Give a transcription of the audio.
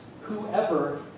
whoever